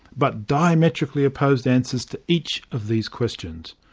but diametrically opposed, answers to each of these questions.